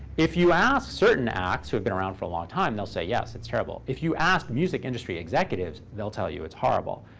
if you ask certain acts who've be around for a long time, they'll say, yes, it's terrible. if you ask music industry executives, they'll tell you it's horrible.